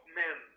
men